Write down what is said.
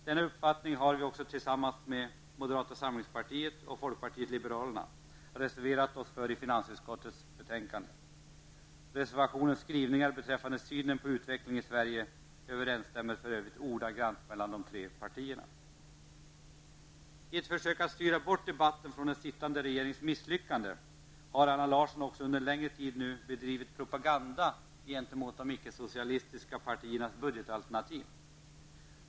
Denna uppfattning har vi också, tillsammans med moderata samlingspartiet och folkpartiet liberalerna, reserverat oss för i finansutskottets betänkande. Reservationens skrivningar beträffande synen på utvecklingen i Sverige överensstämmer för övrigt ordagrant mellan de tre partierna. I ett försök att styra bort debatten från den sittande regeringens misslyckande har Allan Larsson också under längre tid bedrivit propaganda gentemot de icke-socialistiska partiernas budgetalternativ.